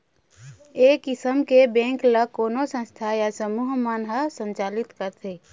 ए किसम के बेंक ल कोनो संस्था या समूह मन ह संचालित करथे